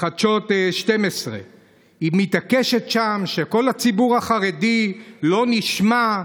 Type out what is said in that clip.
בחדשות 12. היא מתעקשת שם שכל הציבור החרדי לא נשמע,